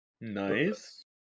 Nice